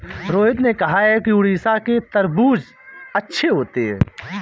रोहित ने कहा कि उड़ीसा के तरबूज़ अच्छे होते हैं